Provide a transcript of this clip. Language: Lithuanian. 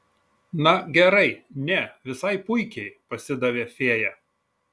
na gerai ne visai puikiai pasidavė fėja